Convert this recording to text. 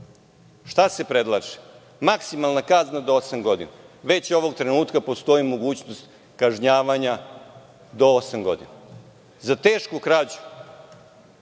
Šta se predlaže? Maksimalna kazna do osam godina. Već ovog trenutka postoji mogućnost kažnjavanja do osam godina za tešku krađu.